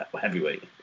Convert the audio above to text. heavyweight